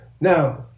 Now